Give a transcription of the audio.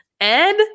Ed